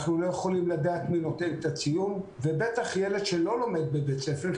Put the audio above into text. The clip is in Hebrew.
אנחנו לא יכולים לדעת מי נותן את הציון ובטח ילד שלא לומד בבית ספר,